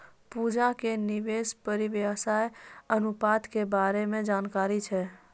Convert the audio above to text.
पूजा के निवेश परिव्यास अनुपात के बारे मे जानकारी छै